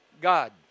God